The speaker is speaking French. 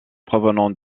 provenant